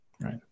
right